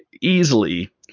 easily